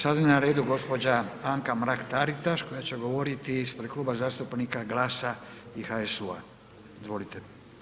Sada je na redu gđa. Anka Mrak Taritaš koja će govoriti ispred Kluba zastupnika GLAS-a i HSU-a, izvolite.